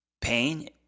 pain